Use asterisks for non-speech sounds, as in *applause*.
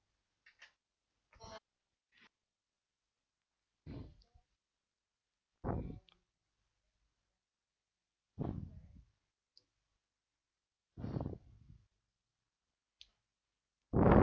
*breath*